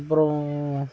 அப்புறம்